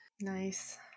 nice